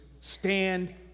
stand